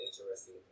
interesting